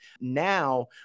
Now